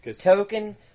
Token